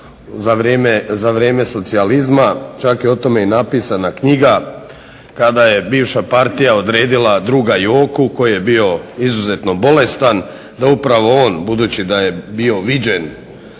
za vrijeme socijalizma, čak je o tome i napisana knjiga kada je bivša partija odredila druga Joku koji je bio izuzetno bolestan da upravo on budući da je bio viđen